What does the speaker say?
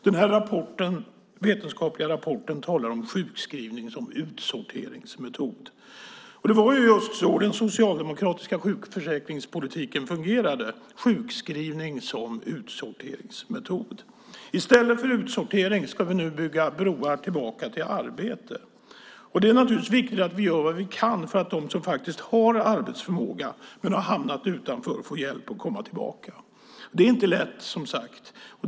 Den här vetenskapliga rapporten talar om sjukskrivning som utsorteringsmetod. Och det var just så den socialdemokratiska sjukförsäkringspolitiken fungerade, sjukskrivning som utsorteringsmetod. I stället för utsortering ska vi nu bygga broar tillbaka till arbete. Det är naturligtvis viktigt att vi gör vad vi kan för att de som faktiskt har arbetsförmåga men som har hamnat utanför får hjälp att komma tillbaka. Det är inte lätt, som sagt.